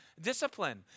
discipline